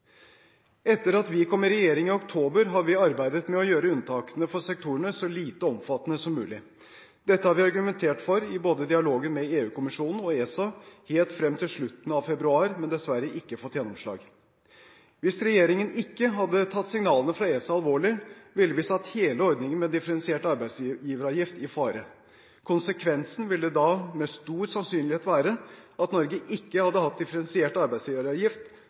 Etter at vi kom i regjering i oktober, har vi arbeidet for å gjøre unntakene for sektorene så lite omfattende som mulig. Dette har vi argumentert for i dialogen både med EU-kommisjonen og ESA helt frem til slutten av februar, men har dessverre ikke fått gjennomslag. Hvis regjeringen ikke hadde tatt signalene fra ESA alvorlig, ville vi satt hele ordningen med differensiert arbeidsgiveravgift i fare. Konsekvensen ville da med stor sannsynlighet vært at Norge ikke hadde hatt differensiert arbeidsgiveravgift